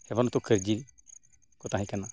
ᱦᱮᱢᱵᱨᱚᱢ ᱫᱚ ᱠᱟᱹᱨᱡᱤ ᱠᱚ ᱛᱟᱦᱮᱸ ᱠᱟᱱᱟ